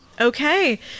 okay